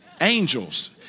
Angels